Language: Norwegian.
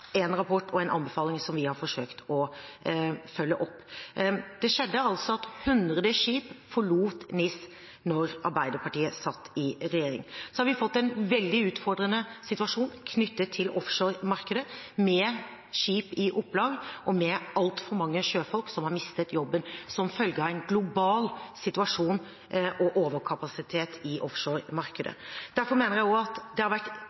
og en anbefaling fra som vi har forsøkt å følge opp. Det skjedde altså at 100 skip forlot NIS da Arbeiderpartiet satt i regjering. Så har vi fått en veldig utfordrende situasjon knyttet til offshoremarkedet med skip i opplag og med altfor mange sjøfolk som har mistet jobben som følge av en global situasjon og overkapasitet i offshoremarkedet. Derfor mener jeg også at det har vært